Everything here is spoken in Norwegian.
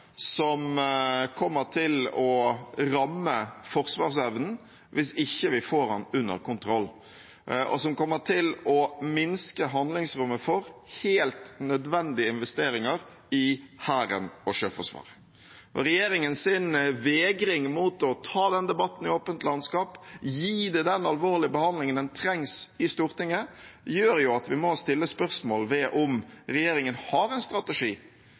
som kommer til å ramme forsvarsevnen hvis vi ikke får den under kontroll, og som kommer til å minske handlingsrommet for helt nødvendige investeringer i Hæren og Sjøforsvaret. Regjeringens vegring mot å ta den debatten i åpent landskap, gi det den alvorlige behandlingen som trengs i Stortinget, gjør at vi må stille spørsmål ved om regjeringen har en strategi